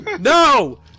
no